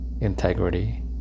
integrity